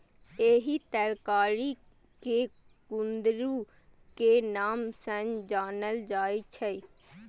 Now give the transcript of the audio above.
एहि तरकारी कें कुंदरू के नाम सं जानल जाइ छै